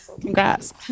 congrats